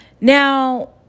Now